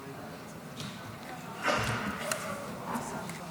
אני לא ידעתי שהוא שכן שלי, ואז פתאום אימא שלי,